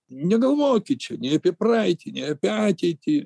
negalvokit čia nei apie praeitį nei apie ateitį